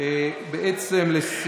על כל